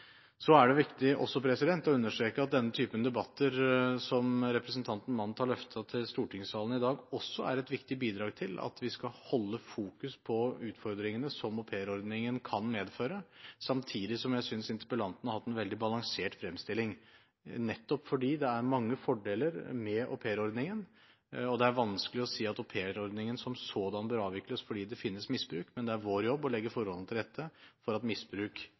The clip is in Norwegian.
Så er det viktig å understreke at den typen debatter som representanten Mandt har løftet opp i Stortingssalen i dag, også er et viktig bidrag til at vi skal holde fokus på utfordringene som aupairordningen kan medføre. Samtidig synes jeg interpellanten har hatt en veldig balansert fremstilling, nettopp fordi det er mange fordeler med aupairordningen. Det er vanskelig å si at aupairordningen som sådan bør avvikles fordi det finnes misbruk, men det er vår jobb å legge forholdene til rette for at misbruk